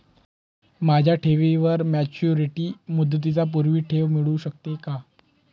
माझ्या ठेवीवर मॅच्युरिटी मुदतीच्या पूर्वी ठेव मिळू शकते का?